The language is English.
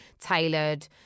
tailored